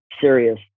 serious